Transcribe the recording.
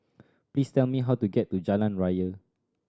please tell me how to get to Jalan Raya